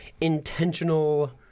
intentional